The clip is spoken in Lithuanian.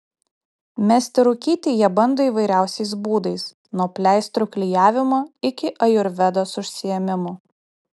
mesti rūkyti jie bando įvairiausiais būdais nuo pleistrų klijavimo iki ajurvedos užsiėmimų